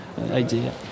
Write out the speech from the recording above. idea